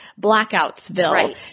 blackoutsville